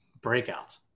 breakouts